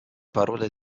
parole